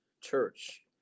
church